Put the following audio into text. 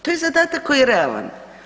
To je zadatak koji je realan.